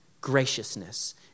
graciousness